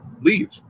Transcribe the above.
leave